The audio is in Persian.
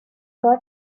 کار